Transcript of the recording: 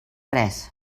res